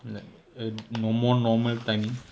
like no more normal timing